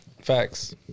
Facts